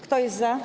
Kto jest za